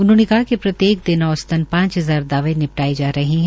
उन्होंने कहा कि प्रत्येक दिन औसतन पांच हजार दावे निपटाये जा रहे है